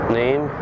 name